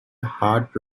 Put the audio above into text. hard